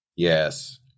Yes